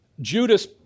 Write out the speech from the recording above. Judas